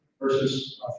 Versus